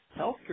healthcare